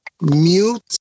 mute